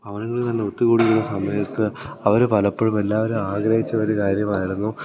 ഭവനങ്ങളില്ത്തന്നെ ഒത്തുകൂടിയിരുന്ന സമയത്ത് അവര് പലപ്പോഴും എല്ലാവരും ആഗ്രഹിച്ച ഒരു കാര്യമായിരുന്നു